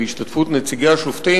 בהשתתפות נציגי השופטים,